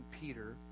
Peter